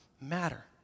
matter